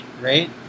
right